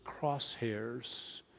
crosshairs